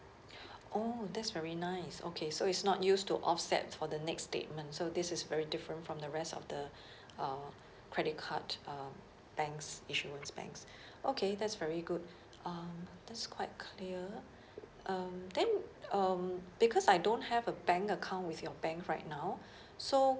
orh that's very nice okay so it's not used to offset for the next statement so this is very different from the rest of the uh credit card um banks issuance banks okay that's very good um that's quite clear um then um because I don't have a bank account with your bank right now so